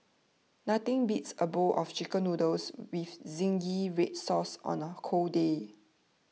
nothing beats a bowl of Chicken Noodles with Zingy Red Sauce on a cold day